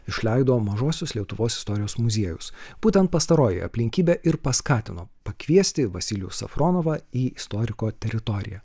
išleido mažosios lietuvos istorijos muziejus būtent pastaroji aplinkybė ir paskatino pakviesti vasilijų safronovą į istoriko teritoriją